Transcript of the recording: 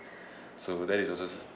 so that is also